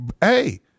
Hey